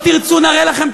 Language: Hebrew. זה תמיד היה שלנו,